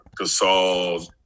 Gasol